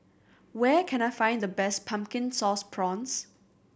where can I find the best Pumpkin Sauce Prawns